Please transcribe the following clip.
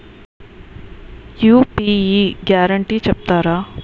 UPI guarantee చెప్తారా?